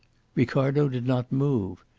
ricardo did not move.